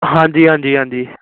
ਹਾਂਜੀ ਹਾਂਜੀ ਹਾਂਜੀ